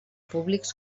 públics